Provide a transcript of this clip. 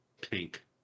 pink